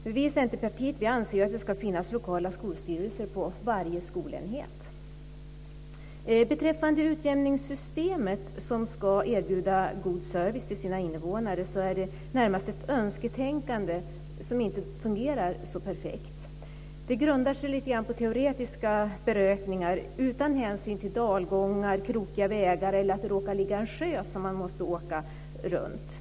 Vi i Centerpartiet anser att det ska finnas lokala skolstyrelser på varje skolenhet. Beträffande utjämningssystemet som ska erbjuda god service till innevånarna är det närmast ett önsketänkande som inte fungerar så perfekt. Det grundar sig lite grann på teoretiska beräkningar utan hänsyn till dalgångar, krokiga vägar eller att det råkar ligga en sjö som man måste åka runt.